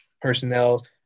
personnel